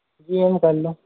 जी M कर लो